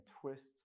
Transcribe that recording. twist